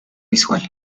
visual